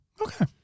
Okay